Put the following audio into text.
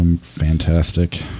fantastic